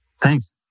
Thanks